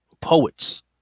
Poets